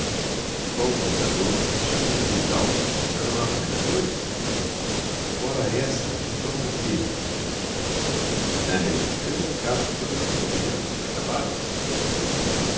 comendador qual comendador chama-me vidal já não há comendadores ora essa então por quê a república deu cabo de todas as comendas acabaram-se